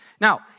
Now